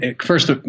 first